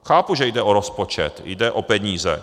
Chápu, že jde o rozpočet, jde o peníze.